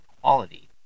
quality